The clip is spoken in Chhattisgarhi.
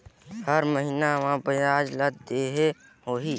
हर महीना मा ब्याज ला देहे होही?